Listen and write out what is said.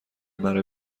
مرا